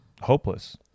Hopeless